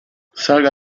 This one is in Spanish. salga